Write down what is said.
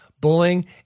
bullying